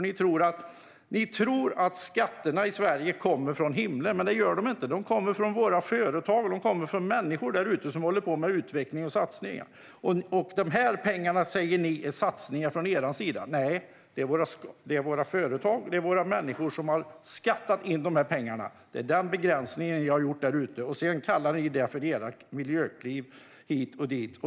Ni tror att skatterna i Sverige kommer från himlen, men det gör de inte. De kommer från våra företag och människor där ute som håller på med utveckling och satsningar. De pengarna säger ni är satsningar från er sida. Nej, det är våra företag och människor som har skattat in de pengarna. Det är den begränsningen jag har gjort. Ni kallar det för era miljökliv hit och dit.